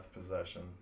Possession